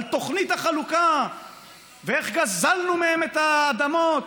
תוכנית החלוקה ואיך גזלנו מהם את האדמות.